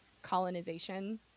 colonization